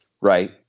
right